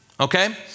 Okay